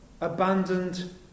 abandoned